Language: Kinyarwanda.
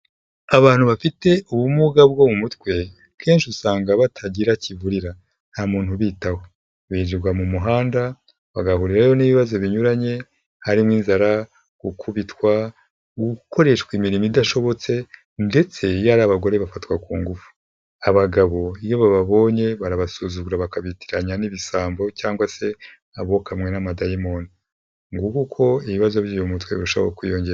Abantu bafite ubumuga bwo mu mutwe akenshi usanga batagira kivurira nta muntu ubitaho birirwa mu muhanda bagahura rero n'ibibazo binyuranye harimo: inzara, gukubitwa, gukoreshwa imirimo idashobotse ndetse iyo ari abagore bafatwa ku ngufu abagabo iyo bababonye barabasuzugura bakabitiranya n'ibisambo cyangwa se abokamwe n'amadayimoni nguko rero uko ibibazo byo mu mutwe birushaho kwiyongera.